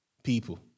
People